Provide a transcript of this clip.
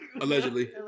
Allegedly